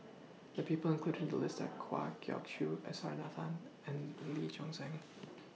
The People included in The list Are Kwa Geok Choo S R Nathan and Lee Choon Seng